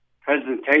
presentation